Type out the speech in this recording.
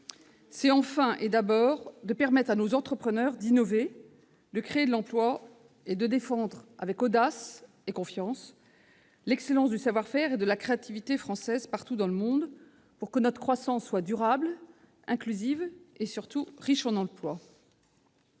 C'est enfin permettre à nos entrepreneurs d'innover, de créer de l'emploi et de défendre avec audace et confiance l'excellence de la créativité et du savoir-faire français partout dans le monde, pour que notre croissance soit durable, inclusive et surtout riche en emplois.